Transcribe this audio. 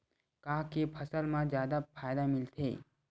का के फसल मा जादा फ़ायदा मिलथे?